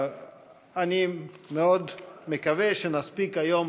אני מאוד מקווה שנספיק היום